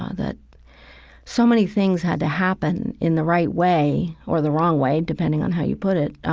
ah that so many things had to happen in the right way, or the wrong way, depending on how you put it,